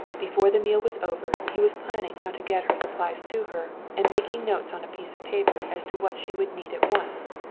before the meal was over he was planning how to get her supplies to her and making notes on a piece of paper as to what she would need at once.